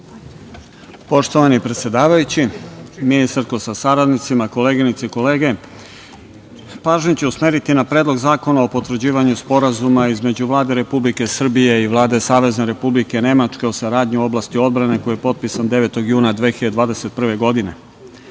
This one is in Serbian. Poštovani predsedavajući, ministarko sa saradnicima, koleginice i kolege, pažnju ću usmeriti na Predlog zakona o potvrđivanju Sporazuma između Vlade Republike Srbije i Vlade Savezne Republike Nemačke o saradnji u oblasti odbrane, koji je potpisan 9. juna 2021. godine. Radi